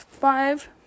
five